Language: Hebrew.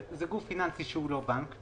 זה גוף פיננסי שהוא לא בנק.